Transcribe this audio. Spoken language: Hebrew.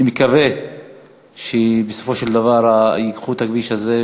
אני מקווה שבסופו של דבר ייקחו את הפרויקט הזה,